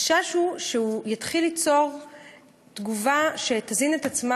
החשש הוא שהוא יתחיל ליצור תגובה שתזין את עצמה,